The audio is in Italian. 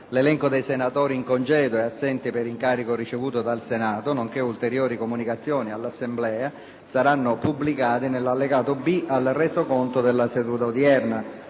L'elenco dei senatori in congedo e assenti per incarico ricevuto dal Senato nonché ulteriori comunicazioni all'Assemblea saranno pubblicati nell'allegato B al Resoconto della seduta odierna.